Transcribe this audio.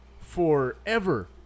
forever